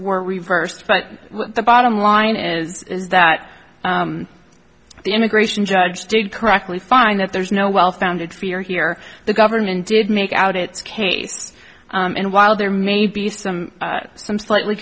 were reversed but the bottom line is that the immigration judge did correctly find that there is no well founded fear here the government did make out it case and while there may be some some slightly